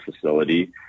facility